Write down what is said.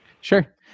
Sure